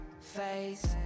face